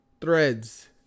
threads